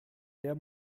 der